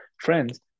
friends